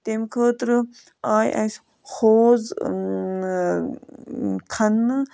تَمہِ خٲطرٕ آیہِ اَسہِ ہوز کھننہٕ